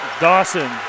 Dawson